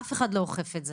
אף אחד לא אוכף את זה.